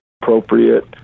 Appropriate